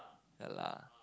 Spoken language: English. ya lah